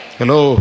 Hello